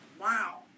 Wow